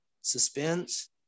suspense